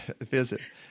visit